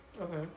Okay